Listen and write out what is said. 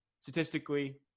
Statistically